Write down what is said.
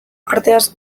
arteaz